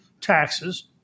taxes